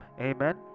Amen